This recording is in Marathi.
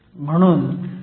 म्हणून 0